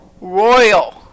Royal